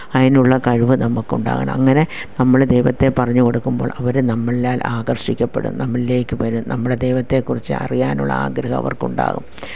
അതിനുള്ള കഴിവ് നമുക്കുണ്ടാകണം അങ്ങനെ നമ്മള് ദൈവത്തെ പറഞ്ഞു കൊടുക്കുമ്പോൾ അവരെ നമ്മളാൽ ആകർഷിക്കപ്പെടും നമ്മളിലേക്ക് വരും നമ്മളെ ദൈവത്തെക്കുറിച്ച് അറിയാനുള്ള ആഗ്രഹം അവർക്ക് ഉണ്ടാകും